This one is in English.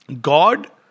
God